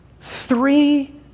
Three